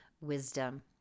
wisdom